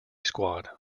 squad